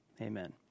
amen